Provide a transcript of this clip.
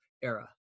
era